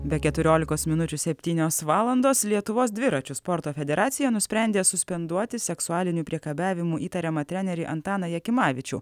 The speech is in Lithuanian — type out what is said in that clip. be keturiolikos minučių septynios valandos lietuvos dviračių sporto federacija nusprendė suspenduoti seksualiniu priekabiavimu įtariamą trenerį antaną jakimavičių